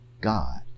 God